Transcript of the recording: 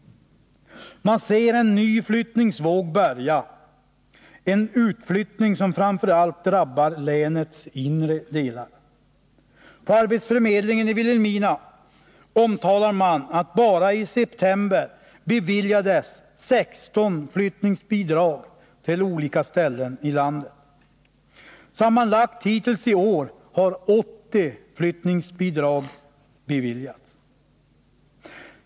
Man ser en ny flyttningsvåg börja, en utflyttning som framför allt drabbar länets inre delar. På arbetsförmedlingen i Vilhelmina omtalar man att det bara i september beviljades 16 bidrag till flyttning till olika ställen i landet. Sammanlagt hittills i år har 80 flyttningsbidrag beviljats.